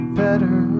better